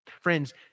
Friends